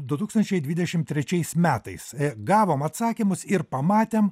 du tūkstančiai dvidešimt trečiais metais gavom atsakymus ir pamatėm